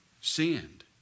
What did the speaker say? sinned